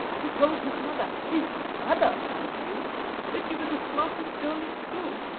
he told his mother his mother, mind you that you were the smartest girl in school.